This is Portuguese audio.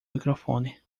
microfone